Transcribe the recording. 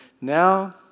Now